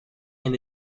and